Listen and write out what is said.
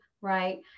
Right